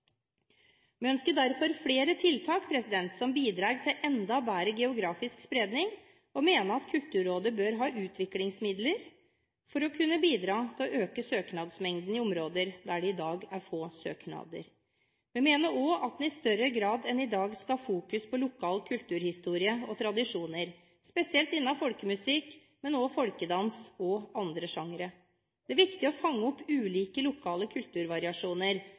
Vi ønsker derfor flere tiltak som bidrar til enda bedre geografisk spredning, og mener at Kulturrådet bør ha utviklingsmidler for å kunne bidra til å øke søknadsmengden i områder der det i dag er få søknader. Vi mener også man i større grad enn i dag skal ha fokus på lokal kulturhistorie og tradisjoner innen folkemusikk spesielt, men også folkedans og andre sjangere. Det er viktig å fange opp ulike lokale kulturvariasjoner,